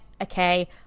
okay